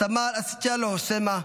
סמל אסצ'ילו סמה,